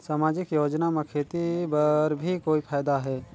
समाजिक योजना म खेती बर भी कोई फायदा है?